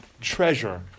Treasure